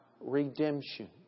redemption